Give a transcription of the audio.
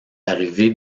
arrivée